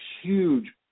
huge